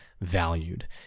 valued